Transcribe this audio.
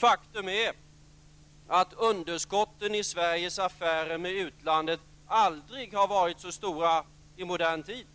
Faktum är att underskotten i Sveriges affärer med utlandet aldrig har varit så stora i modern tid.